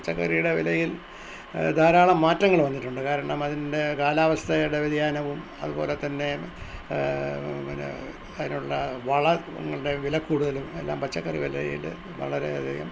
പച്ചക്കറിയുടെ വിലയിൽ ധാരാളം മാറ്റങ്ങള് വന്നിട്ടുണ്ട് കാരണം അതിൻ്റെ കാലാവസ്ഥയുടെ വ്യതിയാനവും അതുപോലെ തന്നെ പിന്നെ അതിനുള്ള വളങ്ങളുടെ വിലകൂടുതലും എല്ലാം പച്ചക്കറി വിലയില് വളരെ അധികം